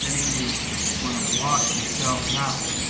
and you want to wash yourselves out,